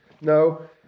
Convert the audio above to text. No